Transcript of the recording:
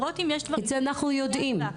את זה אנחנו יודעים.